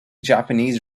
japanese